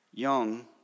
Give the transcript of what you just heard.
Young